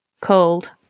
cold